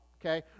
okay